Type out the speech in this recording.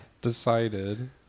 decided